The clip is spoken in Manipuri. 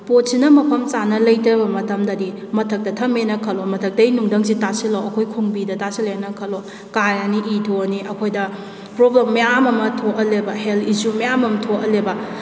ꯄꯣꯠꯁꯤꯅ ꯃꯐꯝ ꯆꯥꯅ ꯂꯩꯇꯕ ꯃꯇꯝꯗꯗꯤ ꯃꯊꯛꯇ ꯊꯝꯃꯦꯅ ꯈꯜꯂꯣ ꯃꯊꯛꯇꯒꯤ ꯅꯨꯡꯊꯪꯁꯤ ꯇꯥꯁꯤꯜꯂꯛꯑꯣ ꯑꯩꯈꯣꯏ ꯈꯣꯡꯕꯤꯗ ꯇꯥꯁꯤꯜꯂꯛꯑꯦꯅ ꯈꯜꯂꯣ ꯀꯥꯏꯔꯅꯤ ꯏ ꯊꯣꯛꯑꯅꯤ ꯑꯩꯈꯣꯏꯗ ꯄ꯭ꯔꯣꯕꯝ ꯃꯌꯥꯝ ꯑꯃ ꯊꯣꯛꯍꯜꯂꯦꯕ ꯍꯦꯜ ꯏꯁꯨ ꯃꯌꯥꯝ ꯑꯃ ꯊꯣꯛꯍꯜꯂꯦꯕ